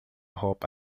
roupa